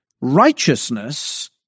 Righteousness